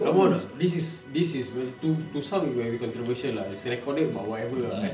come on ah this is this is to to sound controversial ah it's recorded but whatever ah eh